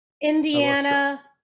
indiana